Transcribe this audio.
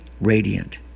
radiant